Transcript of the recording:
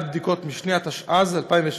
6) (בדיקות משנה ותשלום גרה בעדן בתקופת המעבר),